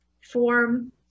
form